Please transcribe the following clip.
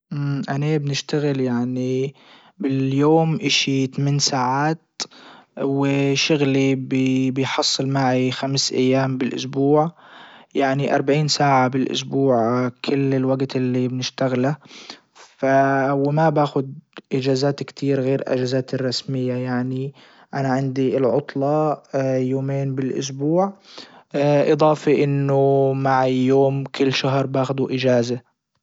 اني بنشتغل يعني باليوم اشي ثماني ساعات وشغلي بيحصل معي خمس ايام بالاسبوع يعني اربعين ساعة بالاسبوع كل الوجت اللي بنشتغله وما باخد اجازات كتير غير اجازاتي الرسمية يعني انا عندي العطلة يومين بالاسبوع اضافة انه معي يوم كل شهر باخده اجازة.